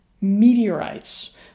meteorites